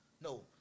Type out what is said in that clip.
No